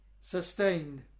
Sustained